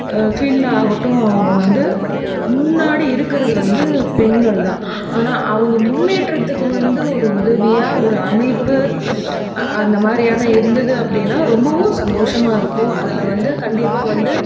ஃபீல்ட்டில் ஆகட்டும் அவங்க வந்து முன்னாடி இருக்கிறது வந்து பெண்கள் தான் ஆனால் அவங்க முன்னேற்றத்துக்கு வந்து ஒரு உதவியாக ஒரு அமைப்பு அந்தமாதிரியான இருந்தது அப்படினா ரொம்பவும் சந்தோஷமாக இருக்கும் அதில் வந்து கண்டிப்பாக வந்து